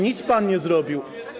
Nic pan nie zrobił.